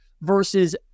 versus